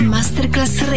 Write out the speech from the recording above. Masterclass